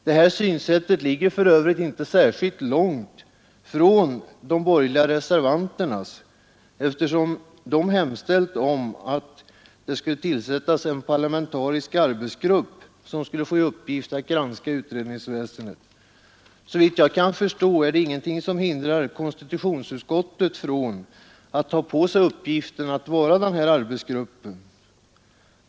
Det här synsättet ligger för övrigt inte särskilt långt från de borgerliga reservanternas, eftersom de hemställt om att det skulle tillsättas en parlamentarisk arbetsgrupp, som skulle få i uppgift att granska utredningsväsendet. Såvitt jag kan förstå, är det ingenting som hindrar konstitutionsutskottet från att ta på sig uppgiften att vara den arbetsgruppen.